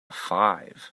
five